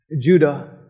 Judah